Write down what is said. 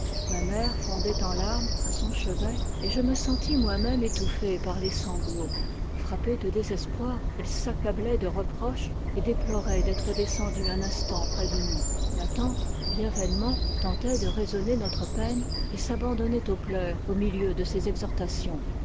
ma mère fondait en larmes à son chevet et je me sentis moi-même étouffé par les sanglots frappée de désespoir elle s'accablait de reproches et déplorait d'être descendue un instant près de nous ma tante bien vainement tentait de raisonner notre peine et s'abandonnait aux pleurs au milieu de ses exhortations